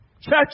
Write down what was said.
church